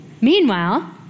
Meanwhile